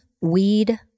weed